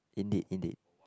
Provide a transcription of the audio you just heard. indeed indeed